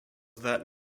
that